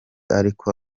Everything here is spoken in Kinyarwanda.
ariko